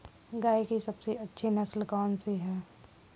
गाय की सबसे अच्छी नस्ल कौनसी है?